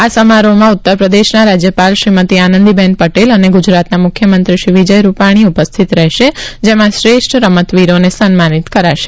આ સમારોહમાં ઉત્તરપ્રદેશના રાજ્યપાલ શ્રીમતી આનંદીબેન પટેલ અને ગુજરાતના મુખ્યમંત્રી શ્રી વિજય રૂપાણીની ઉપસ્થિતિ રહેશે જેમાં શ્રેષ્ઠ રમતવીરોને સન્માનિત કરાશે